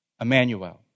Emmanuel